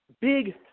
big